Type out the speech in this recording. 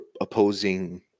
opposing